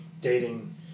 dating